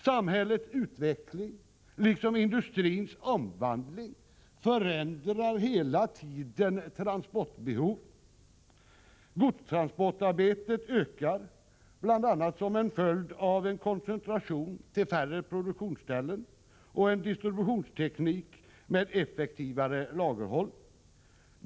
Samhällets utveckling liksom industrins omvandling förändrar hela tiden transportbehoven. Godstransportarbetet ökar, bl.a. som en följd av en koncentration till färre produktionsställen och en distributionsteknik med effektivare lagerhållning.